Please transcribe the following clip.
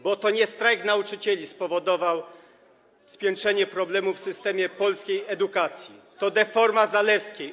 Bo to nie strajk nauczycieli spowodował spiętrzenie problemów w systemie polskiej edukacji, to deforma Zalewskiej.